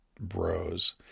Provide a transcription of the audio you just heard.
bros